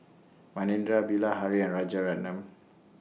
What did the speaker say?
Manindra Bilahari and Rajaratnam